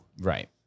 Right